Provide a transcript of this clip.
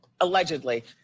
allegedly